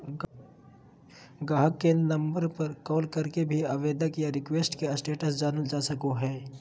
गाहक केंद्र नम्बर पर कॉल करके भी आवेदन या रिक्वेस्ट के स्टेटस जानल जा सको हय